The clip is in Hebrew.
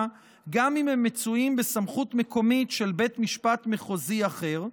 גם אם הם מצויים בסמכות מקומית של בית משפט מחוזי אחר,